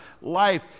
life